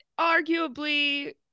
Arguably